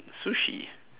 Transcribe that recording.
sushi